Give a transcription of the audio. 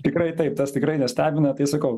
tikrai taip tas tikrai nestebina tai sakau